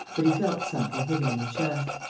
but he felt something hit him in the chest,